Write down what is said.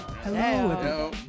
Hello